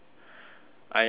I I know every